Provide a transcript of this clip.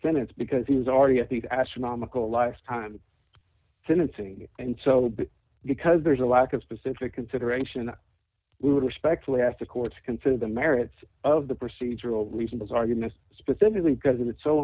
sentence because he was already at the astronomical lifetime sentencing and so because there's a lack of specific consideration i would respectfully ask the court to consider the merits of the procedural reason those arguments specifically because it's so